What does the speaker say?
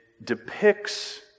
depicts